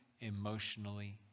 emotionally